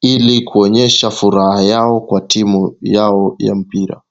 ili kuonyesha furaha yao kwa timu yao ya mpira.